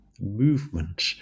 movement